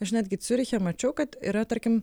aš netgi ciuriche mačiau kad yra tarkim